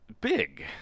big